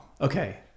okay